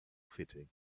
fitting